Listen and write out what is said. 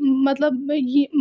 مطلب